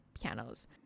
pianos